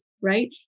right